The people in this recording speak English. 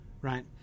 right